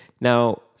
Now